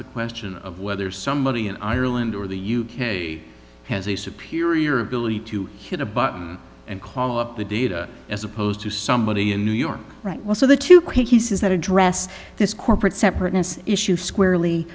the question of whether somebody in ireland or the u k has a superior ability to hit a button and call up the data as opposed to somebody in new york right well so the two cases that address this corporate separateness issue squarely